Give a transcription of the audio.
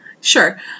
Sure